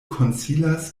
konsilas